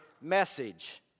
message